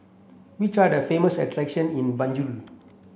which are the famous attractions in Banjul